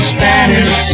Spanish